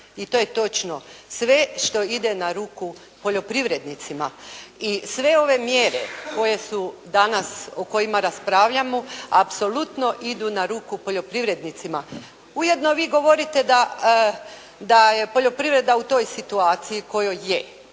I to je točno. Sve što ide na ruku poljoprivrednicima. I sve ove mjere koje su danas, o kojima raspravljamo apsolutno idu na ruku poljoprivrednicima. Ujedno vi govorite da je poljoprivreda u toj situaciji u kojoj je.